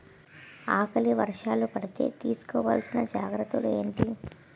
ఆకలి వర్షాలు పడితే తీస్కో వలసిన జాగ్రత్తలు ఏంటి?